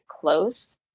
close